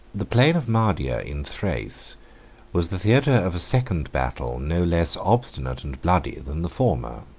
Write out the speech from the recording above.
the plain of mardia in thrace was the theatre of a second battle no less obstinate and bloody than the former.